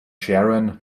sharon